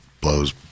blows